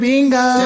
Bingo